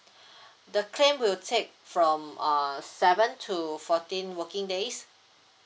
the claim will take from um seven to fourteen working days